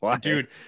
Dude